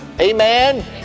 Amen